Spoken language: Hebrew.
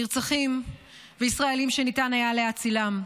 נרצחים וישראלים שניתן היה להצילם.